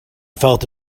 felt